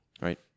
right